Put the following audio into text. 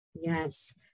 Yes